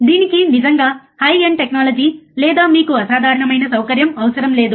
దీనికి నిజంగా high end technology లేదా మీకు అసాధారణమైన సౌకర్యం అవసరం లేదు